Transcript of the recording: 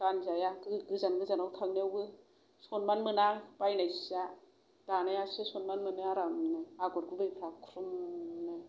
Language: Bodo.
गानजाया गोजान गोजानाव थांनायावबो सनमान मोना बायनाय सिया दानाय सियासो सनमान मोनो आराम ख्रुमनो